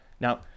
Now